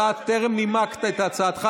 אתה טרם נימקת את הצעתך.